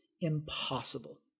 impossible